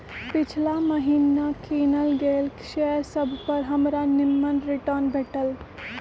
पिछिला महिन्ना किनल गेल शेयर सभपर हमरा निम्मन रिटर्न भेटल